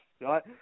right